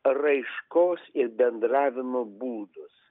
raiškos ir bendravimo būdus